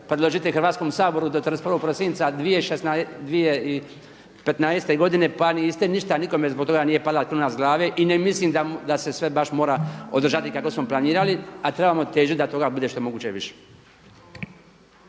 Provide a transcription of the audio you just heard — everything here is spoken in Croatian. predložiti Hrvatskom saboru da 31. prosinca 2015. godine pa niste ništa nikome zbog toga nije pala kruna s glave i ne mislim da se sve baš mora održati kako smo planirali a trebamo težiti da toga bude što je moguće više.